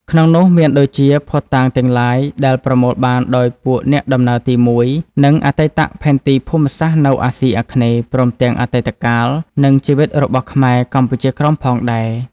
ក្នុងនោះ មានដូចជា ភស្តុតាងទាំងឡាយដែលប្រមូលបានដោយពួកអ្នកដំណើរទី១ និងអតីតផែនទីភូមិសាស្ត្រនៅអាស៊ីអាគ្នេយ៍ ព្រមទាំងអតីតកាល និងជីវិតរបស់ខ្មែរកម្ពុជាក្រោមផងដែរ។